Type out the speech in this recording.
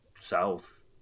south